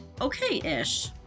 okay-ish